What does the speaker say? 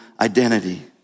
identity